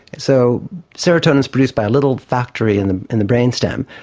so serotonin is produced by a little factory in the in the brainstem,